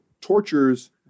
tortures